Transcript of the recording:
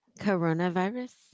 Coronavirus